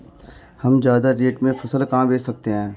हम ज्यादा रेट में फसल कहाँ बेच सकते हैं?